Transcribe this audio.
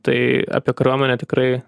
tai apie kariuomenę tikrai